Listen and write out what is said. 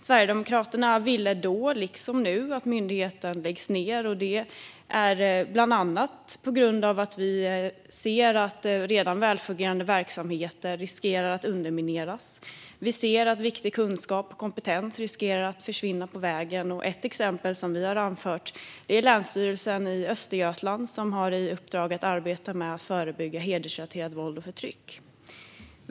Sverigedemokraterna ville då, liksom vi vill nu, att myndigheten läggs ned, bland annat på grund av att vi ser att redan välfungerande verksamheter riskerar att undermineras och att viktig kunskap och kompetens riskerar att försvinna på vägen. Ett exempel som vi har anfört är Länsstyrelsen i Östergötland, som har i uppdrag att arbeta med att förebygga hedersrelaterat våld och förtryck.